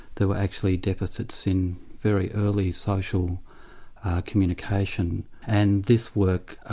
there were actually deficits in very early social communication. and this work,